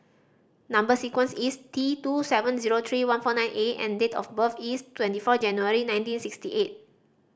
number sequence is T two seven zero three one four nine A and date of birth is twenty four January nineteen sixty eight